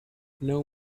know